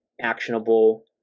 actionable